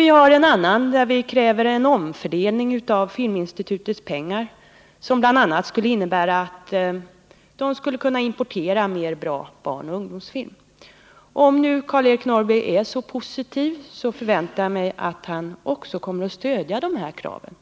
I den andra kräver vi en omfördelning av Filminstitutets pengar som skulle innebära att man bl.a. skulle kunna importera mera bra barnoch ungdomsfilm. Om nu Karl-Eric Norrby är så positiv, så förväntar jag att han också kommer att stödja de här kraven.